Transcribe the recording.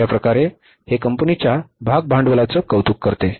अशा प्रकारे हे कंपनीच्या भाग भांडवलाचे कौतुक करते